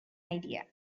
idea